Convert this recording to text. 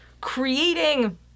creating